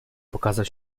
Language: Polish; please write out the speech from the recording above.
pokazał